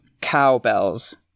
Cowbells